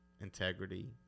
integrity